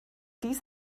dies